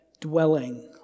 dwelling